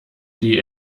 die